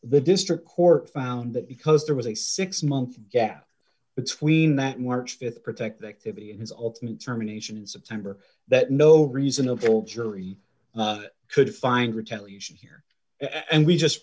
the district court found that because there was a six month gap between that march th protect the activity and his ultimate determination in september that no reasonable jury could find retaliation here and we just